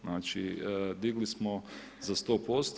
Znači digli smo za 100%